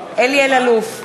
אלי אלאלוף,